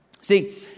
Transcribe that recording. See